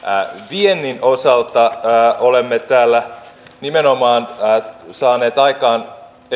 viennin osalta olemme täällä nimenomaan saaneet toimia aikaan